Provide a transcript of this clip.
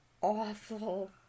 awful